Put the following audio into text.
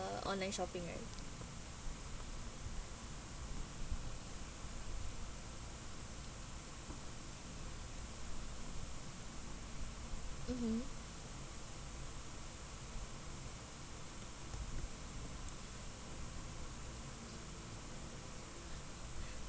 uh online shopping right mmhmm